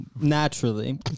naturally